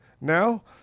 Now